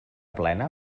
plena